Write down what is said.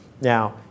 Now